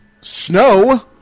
snow